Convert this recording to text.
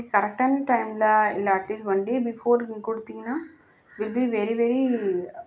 கரெக்டான டைமில் இல்லை அட்லீஸ்ட் ஒன் டே பிஃபோர் நீங்கள் கொடுத்தீங்கன்னா வில் பி வெரி வெரி